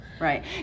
right